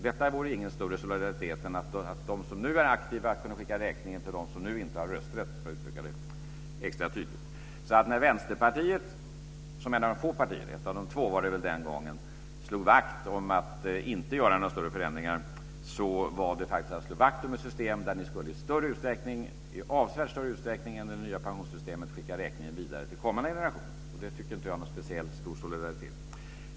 Detta skulle inte vara mer solidariskt än att de som nu är aktiva skulle kunna skicka räkningen till dem som nu inte har rösträtt, för att uttrycka det extra tydligt. När Vänsterpartiet som ett av få partier - det var väl två den gången - slog vakt om att det inte skulle göras några större förändringar slog man faktiskt vakt om ett system där vi i avsevärt större utsträckning än när det gäller det nya pensionssystemet skulle skicka räkningen vidare till kommande generationer. Det tycker jag inte är någon speciellt stor solidaritet.